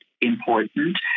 important